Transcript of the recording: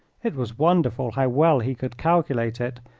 it was wonderful how well he could calculate it,